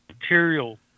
material